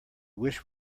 wish